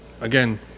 Again